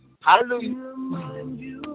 Hallelujah